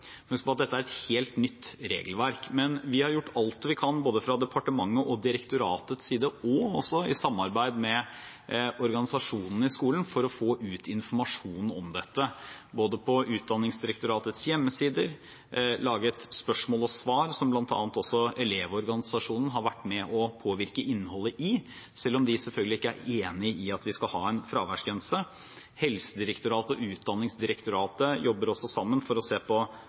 Men vi har gjort alt vi kan, både fra departementets og fra direktoratets side, og også i samarbeid med organisasjonene i skolen, for å få ut informasjon om dette. På Utdanningsdirektoratets hjemmesider har vi laget spørsmål og svar som bl.a. Elevorganisasjonen har vært med og påvirket innholdet i, selv om de selvfølgelig ikke er enig i at vi skal ha en fraværsgrense. Helsedirektoratet og Utdanningsdirektoratet jobber også sammen for å se på